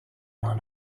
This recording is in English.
one